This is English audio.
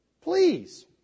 please